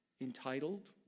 entitled